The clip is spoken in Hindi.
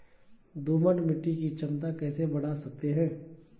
दोमट मिट्टी की क्षमता कैसे बड़ा सकते हैं?